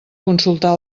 consultar